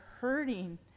hurting